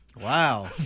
Wow